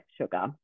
sugar